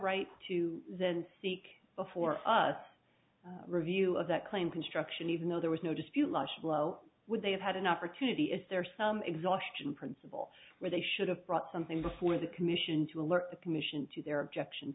right to speak before us review of that claim construction even though there was no dispute last blow would they have had an opportunity is there some exhaustion principle where they should have brought something before the commission to alert the commission to their objection